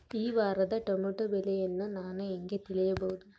ಈ ವಾರದ ಟೊಮೆಟೊ ಬೆಲೆಯನ್ನು ನಾನು ಹೇಗೆ ತಿಳಿಯಬಹುದು?